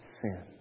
sin